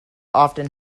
often